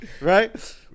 Right